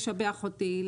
לשבח אותי,